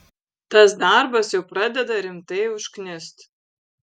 tas darbas jau pradeda rimtai užknist